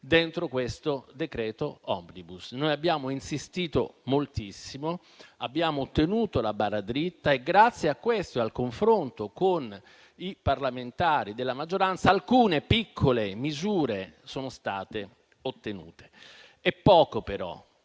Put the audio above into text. dentro questo decreto *omnibus*. Noi abbiamo insistito moltissimo. Abbiamo tenuto la barra dritta e, grazie a questo e al confronto con i parlamentari della maggioranza, alcune piccole misure sono state ottenute. È poco però: